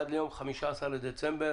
עד ליום ה-20 לדצמבר